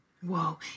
Whoa